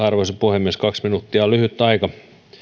arvoisa puhemies kaksi minuuttia on lyhyt aika